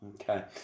Okay